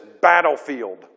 battlefield